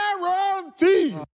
Guarantee